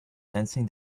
sensing